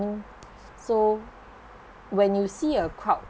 mean so when you see a crowd